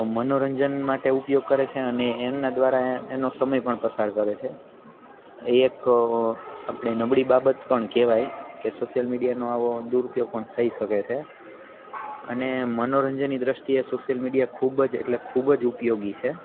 મનોરંજન માટે ઉપયોગ કરે છે અને એમનાં દ્વારા એનો સમય પણ પસાર કરે છે એક આપણે નબળી બાબત પણ કહેવાય કે સોશ્યલ મીડિયાનો આવો દૂરપયોગ પણ થઈ શકે છે અને મનોરંજનની દ્રષ્ટિએ સોસ્યલ મીડિયા ખૂબ જ એટલે ખૂબ જ ઉપયોગી છે